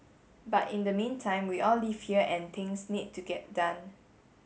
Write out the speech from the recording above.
but in the meantime we all live here and things need to get done